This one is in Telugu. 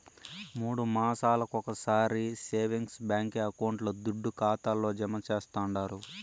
మూడు మాసాలొకొకసారి సేవింగ్స్ బాంకీ అకౌంట్ల దుడ్డు ఖాతాల్లో జమా చేస్తండారు